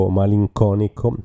malinconico